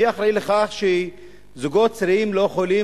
מי אחראי לכך שזוגות צעירים לא יכולים